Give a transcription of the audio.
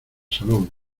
salón